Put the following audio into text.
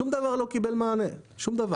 שום דבר לא קיבל מענה, שום דבר.